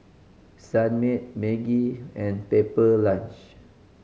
Sunmaid Maggi and Pepper Lunch